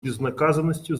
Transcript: безнаказанностью